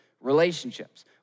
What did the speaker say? relationships